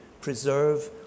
preserve